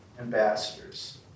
ambassadors